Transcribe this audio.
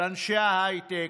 על אנשי ההייטק,